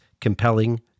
compelling